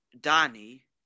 Danny